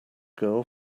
girl